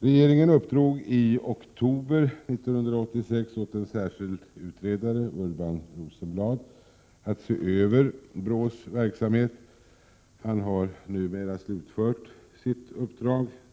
Regeringen uppdrog i oktober 1986 åt en särskild utredare, Urban Rosenblad, att se över BRÅ:s verksamhet. Han har numera slutfört sitt uppdrag.